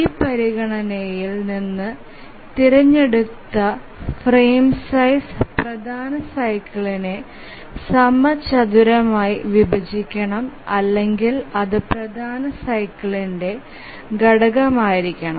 ഈ പരിഗണനയിൽ നിന്ന് തിരഞ്ഞെടുത്ത ഫ്രെയിം സൈസ് പ്രധാന സൈക്കിളിനെ സമചതുരമായി വിഭജിക്കണം അല്ലെങ്കിൽ അത് പ്രധാന സൈക്കിളെന്ടെ ഘടകമായിരിക്കണം